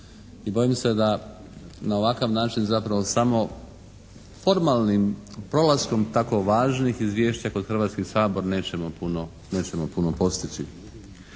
i bojim se da na ovakav način samo formalnim prolaskom tako važnih izvješća kroz Hrvatski sabor nećemo puno postići.